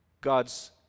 god's